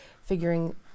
Figuring